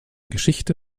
geschichte